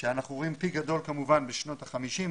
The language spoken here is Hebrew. שאנחנו רואים פיק גדול כמובן בשנות ה-50,